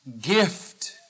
gift